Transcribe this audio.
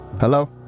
Hello